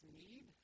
need